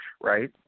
right